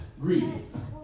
Greetings